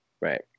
Right